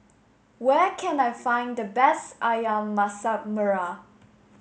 where can I find the best Ayam Masak Merah